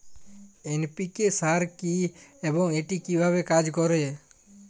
NPK সার কি এবং এটি কিভাবে কাজ করে?